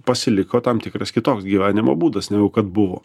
pasiliko tam tikras kitoks gyvenimo būdas negu kad buvo